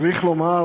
צריך לומר,